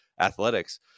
athletics